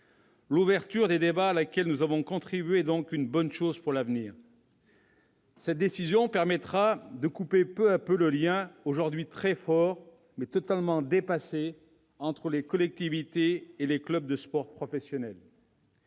L'ouverture des débats à laquelle nous avons contribué est donc une bonne chose pour l'avenir. Cette décision permettra de couper peu à peu le lien, aujourd'hui très fort, mais totalement dépassé, entre collectivités et clubs de sport professionnels.